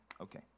Okay